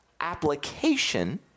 application